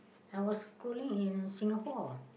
I was schooling in Singapore